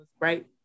right